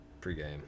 pregame